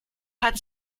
hat